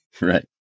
Right